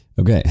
okay